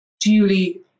duly